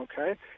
okay